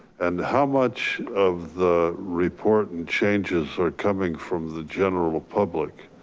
and how much of the report and changes are coming from the general public?